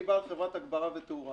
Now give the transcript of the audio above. אני בעל חברת הגברה ותאורה